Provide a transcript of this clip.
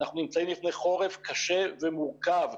אנחנו נמצאים לפני חורף קשה ומורכב.